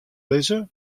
lizze